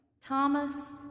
Thomas